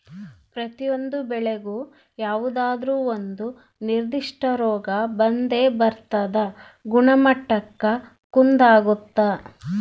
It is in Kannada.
ಪ್ರತಿಯೊಂದು ಬೆಳೆಗೂ ಯಾವುದಾದ್ರೂ ಒಂದು ನಿರ್ಧಿಷ್ಟ ರೋಗ ಬಂದೇ ಬರ್ತದ ಗುಣಮಟ್ಟಕ್ಕ ಕುಂದಾಗುತ್ತ